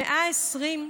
במאה ה-20,